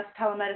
telemedicine